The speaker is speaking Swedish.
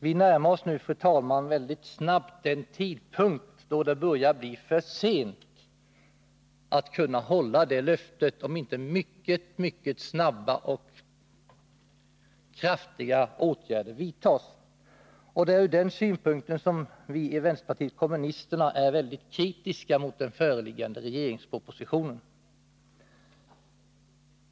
Vi närmar oss nu, fru talman, mycket snabbt den tidpunkt då det börjar bli för sent att kunna hålla det löftet, om inte mycket snabba och kraftfulla åtgärder vidtas. Det är från den synpunkten som vi i vänsterpartiet kommunisterna är väldigt kritiska mot den föreliggande regeringspropositionen.